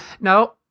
no